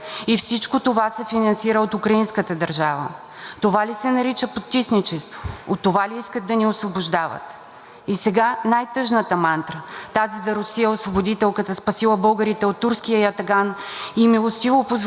И сега най-тъжната мантра – тази за Русия освободителката, спасила българите от турския ятаган и милостиво позволила да се заселят в буренясалата и непригодна за живот бесарабска пустош. Това е най-тежкото клеймо на неблагодарник,